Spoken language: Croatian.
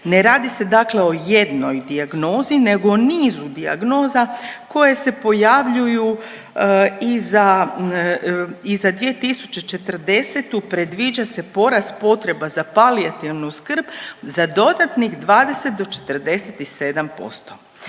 ne radi dakle o jednoj dijagnozi nego o nizu dijagnoza koje se pojavljuju i za, i za 2040. predviđa se porast potreba za palijativnu skrb za dodatnih 20 do 47%.